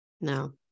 No